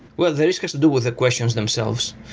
well, the risk has to do with the questions themselves.